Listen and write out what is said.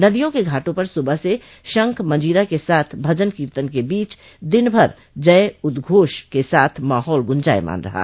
नदियों के घाटों पर सुबह से शंख मंजीरा के साथ भजन कीर्तन े के बीच दिनभर जय उदघोष के साथ माहौल गुजायमान रहा